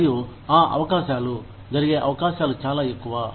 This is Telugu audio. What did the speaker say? మరియు ఆ అవకాశాలు జరిగే అవకాశాలు చాలా ఎక్కువ